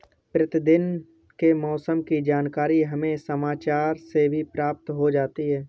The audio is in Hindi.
प्रतिदिन के मौसम की जानकारी हमें समाचार से भी प्राप्त हो जाती है